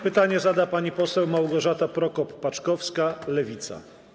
Pytanie zada pani poseł Małgorzata Prokop-Paczkowska, Lewica.